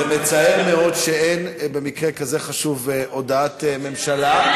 זה מצער מאוד שאין במקרה כזה חשוב הודעת ממשלה,